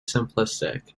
simplistic